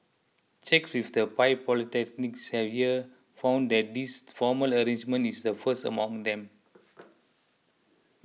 checks with the five polytechnics here found that this formal arrangement is the first among them